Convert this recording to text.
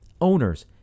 Owners